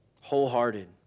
Wholehearted